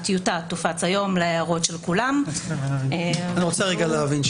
הטיוטה תופץ היום להערות של כולם ותוכלו --- אני רוצה להבין,